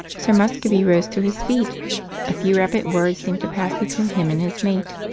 sir muscovy rose to his feet a few rapid words seemed to pass between him and his mate,